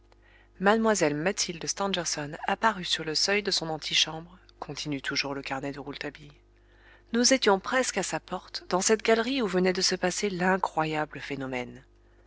mademoiselle mathilde stangerson apparut sur le seuil de son antichambre continue toujours le carnet de rouletabille nous étions presque à sa porte dans cette galerie où venait de se passer l'incroyable phénomène